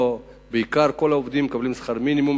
בעיקר כל העובדים מקבלים שכר מינימום,